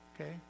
okay